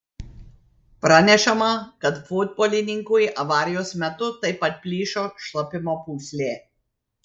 pranešama kad futbolininkui avarijos metu taip pat plyšo šlapimo pūslė